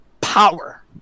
power